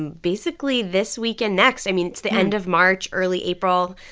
and basically this week and next. i mean, it's the end of march, early april.